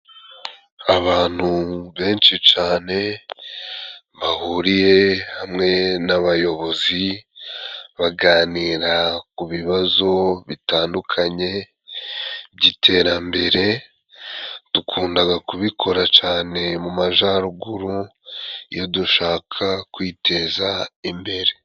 Abantu benshi cane bahuriye hamwe n'abayobozi baganira ku bibazo bitandukanye by'iterambere, dukundaga kubikora cane mu majaruguru iyo dushaka kwiteza imbere.